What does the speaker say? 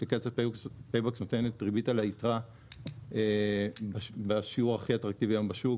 אפליקציית פייבוקס נותנת ריבית על היתרה בשיעור הכי אטרקטיבי היום בשוק